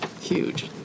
huge